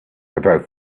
about